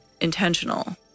intentional